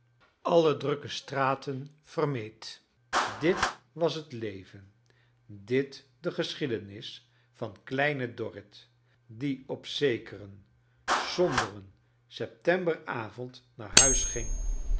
alle drukke stx aten vermeed dit was het leven dit de geschiedenis van kleine dorrit die op zekeren somberen septemberavond naar huis ging